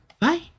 Bye